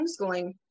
homeschooling